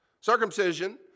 Circumcision